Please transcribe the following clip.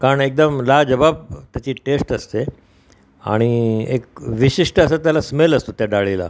कारण एकदम लाजबाब त्याची टेस्ट असते आणि एक विशिष्ट असं त्याला स्मेल असतो त्या डाळीला